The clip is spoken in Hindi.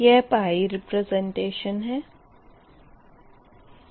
यह रिप्रेसेंटेशन है